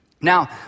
Now